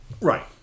Right